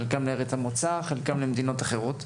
חלקם לארץ המוצא וחלקם למדינות אחרות.